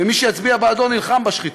ומי שיצביע בעדו נלחם בשחיתות.